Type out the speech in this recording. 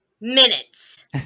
minutes